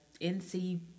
NC